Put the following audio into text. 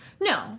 no